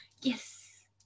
Yes